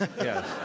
yes